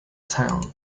town